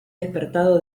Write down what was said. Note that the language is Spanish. despertado